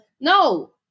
No